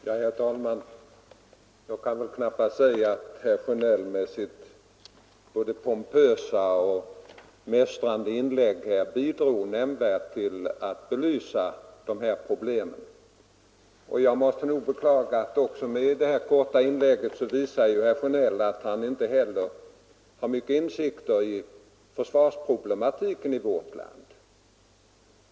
Herr talman! Jag kan väl knappast säga att herr Sjönell med sitt både pompösa och mästrande inlägg nämnvärt bidrog till att belysa de här problemen. Med sitt korta inlägg visar också herr Sjönell att han inte har särskilt stora insikter i försvarsproblematiken i vårt land.